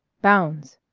bounds.